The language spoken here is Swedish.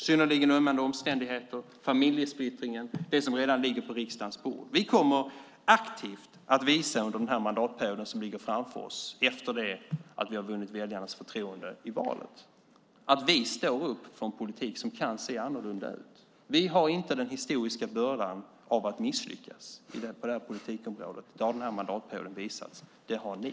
Synnerligen ömmande omständigheter, familjesplittringen, det som redan ligger på riksdagens bord - vi kommer aktivt under den mandatperiod som ligger framför oss efter det att vi har vunnit väljarnas förtroende i valet att visa att vi står upp för en politik som kan se annorlunda ut. Vi har inte den historiska bördan av att misslyckas på det här politikområdet. Det har den här mandatperioden visat. Det har ni.